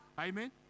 Amen